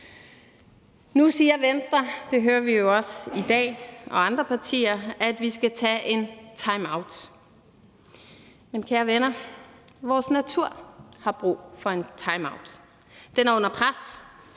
Nu siger Venstre – det hører vi jo også i dag – og andre partier, at vi skal tage en timeout. Men kære venner, vores natur har brug for en timeout. Den er under pres.